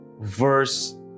verse